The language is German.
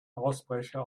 ausbrecher